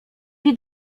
było